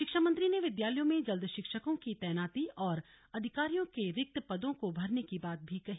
शिक्षा मंत्री ने विद्यालयों में जल्द शिक्षकों की तैनाती और अधिकारियों के रिक्त पदों को भरने की बात भी कही